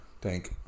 tank